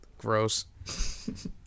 Gross